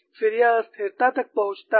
फिर यह अस्थिरता तक पहुंचता है